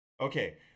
Okay